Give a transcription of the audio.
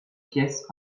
pièce